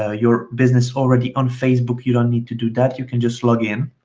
ah your business already on facebook, you don't need to do that. you can just log in.